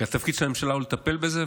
כי התפקיד של הממשלה הוא לטפל בזה.